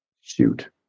shoot